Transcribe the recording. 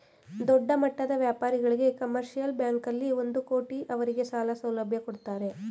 ದೊಡ್ಡಮಟ್ಟದ ವ್ಯಾಪಾರಿಗಳಿಗೆ ಕಮರ್ಷಿಯಲ್ ಬ್ಯಾಂಕಲ್ಲಿ ಒಂದು ಕೋಟಿ ಅವರಿಗೆ ಸಾಲ ಸೌಲಭ್ಯ ಕೊಡ್ತಾರೆ